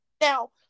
now